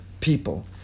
people